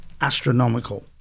astronomical